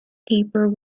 paper